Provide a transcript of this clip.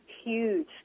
huge